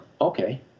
okay